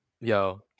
Yo